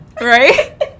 right